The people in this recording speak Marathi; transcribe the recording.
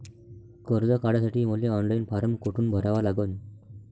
कर्ज काढासाठी मले ऑनलाईन फारम कोठून भरावा लागन?